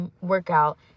workout